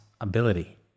ability